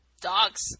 Dogs